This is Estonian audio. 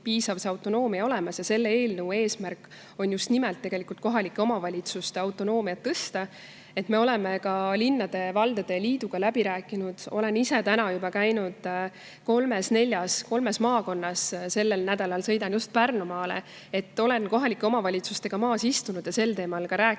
piisav autonoomia olemas ja selle eelnõu eesmärk on just nimelt tegelikult kohalike omavalitsuste autonoomiat suurendada.Me oleme ka linnade ja valdade liiduga läbi rääkinud, olen ise juba käinud kolmes maakonnas, sellel nädalal sõidan just Pärnumaale. Olen kohalike omavalitsustega maas istunud ja ka sel teemal rääkinud.